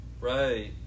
Right